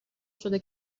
شده